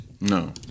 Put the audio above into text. No